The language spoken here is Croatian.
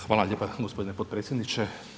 Hvala lijepa gospodine potpredsjedniče.